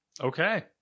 Okay